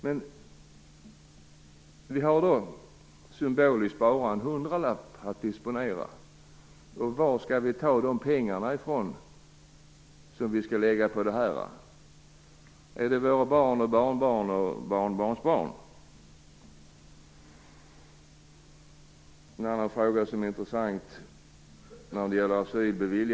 Men vi har symboliskt bara en hundralapp att disponera. Varifrån skall vi då ta de pengar som skall läggas på det här? Skall vi ta dem från våra barn, barnbarn och barnbarnsbarn? Det finns en annan fråga som är intressant när det gäller beviljad asyl.